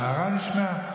ההערה נשמעה.